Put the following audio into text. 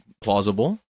plausible